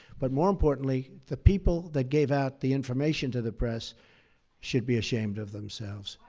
but, more importantly, the people that gave out the information to the press should be ashamed of themselves.